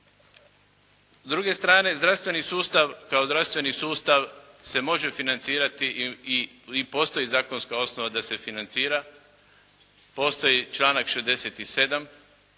S druge strane zdravstveni sustav, kao zdravstveni sustav se može financirati i postoji zakonska osnova da se financira, postoji članak 67.